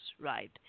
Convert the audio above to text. right